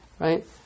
right